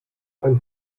ein